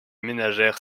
ménagères